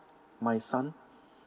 my son